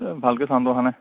এই ভালকৈ চাউণ্ডটো অহা নাই